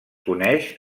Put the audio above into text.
coneix